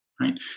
right